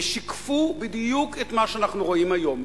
ושיקפו בדיוק את מה שאנחנו רואים היום.